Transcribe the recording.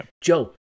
Joe